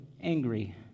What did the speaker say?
angry